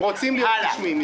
הם רוצים להיות רשמיים.